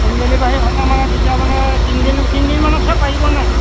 home delivery হ'লে মানে তেতিয়া মানে তিনিদিন তিনিদিনমানৰ পাছত পাৰিবনে